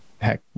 heck